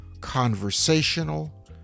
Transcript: conversational